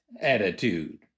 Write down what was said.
attitude